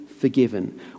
forgiven